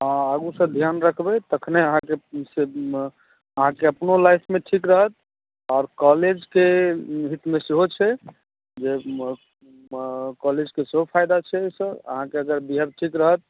आगू सेऽ ध्यान रखबै तखने अहाँके ई से अहाँके अपनो लाइफमे ठीक रहत आओर कॉलेजके हितमे सेहो छै जे कॉलेजके सेहो फायदा छै ओहि से अहाँके जँ बिहेव ठीक रहत